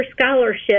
scholarship